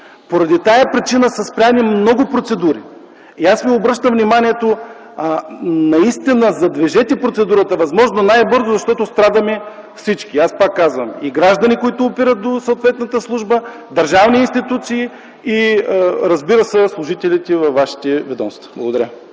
Поради тази причина са спрени много процедури! Аз Ви обръщам внимание: наистина задвижете процедурата възможно най-бързо, защото страдаме всички, пак казвам, и граждани, които опират до съответната служба, и държавни институции, и, разбира се, служителите във вашите ведомства. Благодаря.